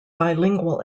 bilingual